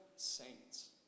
saints